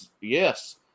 Yes